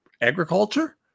agriculture